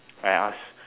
I ask